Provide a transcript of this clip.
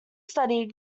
study